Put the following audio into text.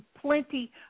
Plenty